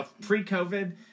pre-COVID